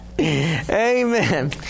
Amen